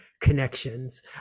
connections